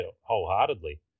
wholeheartedly